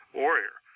warrior